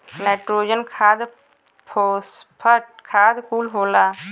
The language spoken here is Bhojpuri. नाइट्रोजन खाद फोस्फट खाद कुल होला